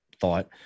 thought